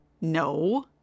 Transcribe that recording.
No